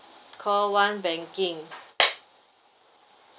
call one banking